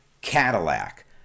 Cadillac